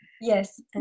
yes